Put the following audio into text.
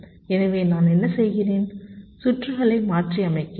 எனவே நான் என்ன செய்கிறேன் சுற்றுகளை மாற்றியமைக்கிறேன்